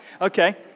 Okay